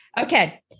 Okay